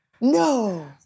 No